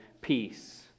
peace